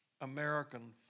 American